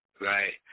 right